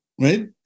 right